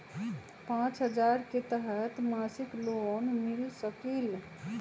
पाँच हजार के तहत मासिक लोन मिल सकील?